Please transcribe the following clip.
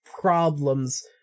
problems